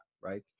right